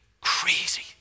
crazy